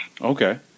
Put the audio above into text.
Okay